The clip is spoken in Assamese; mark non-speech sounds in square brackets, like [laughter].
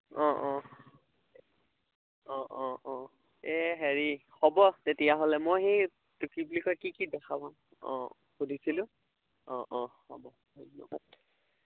অঁ অঁ অঁ অঁ অঁ এই হেৰি হ'ব তেতিয়াহ'লে মই সেই [unintelligible] কি বুলি কয় কি কি দেখা পাম অঁ সুধিছিলোঁ অঁ অঁ হ'ব ধন্যবাদ